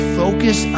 focus